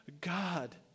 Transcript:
God